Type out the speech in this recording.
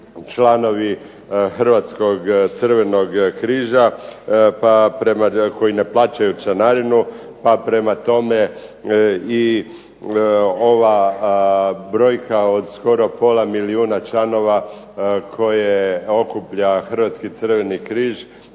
članovi Hrvatskog Crvenog križa koji ne plaćaju članarinu, pa prema tome i ova brojka od skoro pola milijuna članova koja okuplja Hrvatski crveni križ